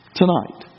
tonight